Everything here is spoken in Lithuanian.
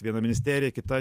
viena ministerija kita